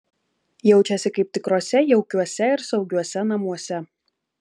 jaučiasi kaip tikruose jaukiuose ir saugiuose namuose